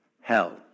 hell